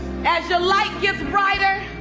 as your light gets brighter,